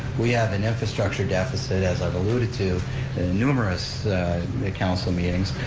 we have an infrastructure deficit, as i've alluded to at numerous council meetings,